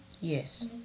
Yes